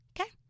okay